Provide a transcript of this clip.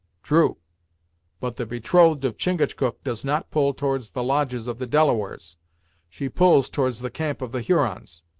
true but the betrothed of chingachgook does not pull towards the lodges of the delawares she pulls towards the camp of the hurons.